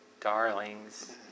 darlings